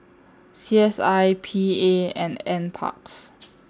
C S I P A and N Parks